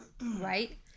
right